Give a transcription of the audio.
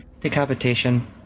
Decapitation